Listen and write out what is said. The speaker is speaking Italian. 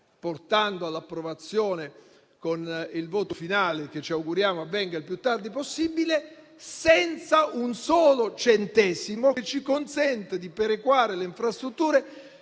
portando all'approvazione con il voto finale che ci auguriamo avvenga il più tardi possibile, senza un solo centesimo che ci consenta di perequare le infrastrutture